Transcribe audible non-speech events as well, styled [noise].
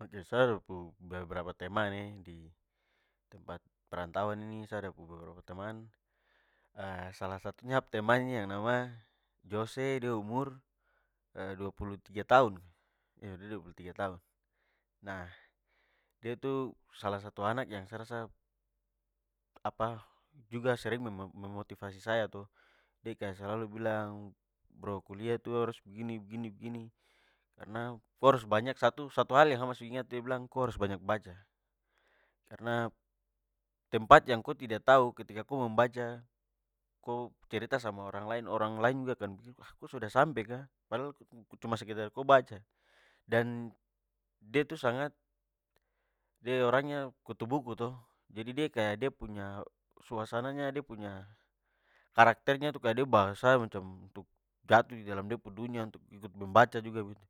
Ok, sa ada pu beberapa teman e, di tempat perantauan ini sa ada pu beberapa teman. [hesitation] salah satunya sa pu teman ni yang nama jose, de umur [hesitation] dua puluh tiga tahun. Iyo de dua puluh tiga tahun. Nah de itu salah satu anak yang sa rasa apa juga sering [unintelligible] memotivasi saya to. De kaya slau bilang, bro kuliah tu harus begini, begini, begini karna ko harus banyak, satu hal yang sa ingat de bilang ko harus banyak baca. Karna tempat yang ko tidak tau, ketika ko membaca, ko cerita sama orang lain, orang lain juga akan, ko sudah sampe kah? Padahal cuma sekedar ko baca. Dan de tu sangat, de orangnya kutu buku to jadi de kaya de punya suasananya, de punya karakternya itu, kaya de bawa sa macam untuk jatuh di dalam de pu dunia untuk ikut membaca juga begitu.